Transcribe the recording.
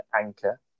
Anchor